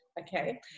Okay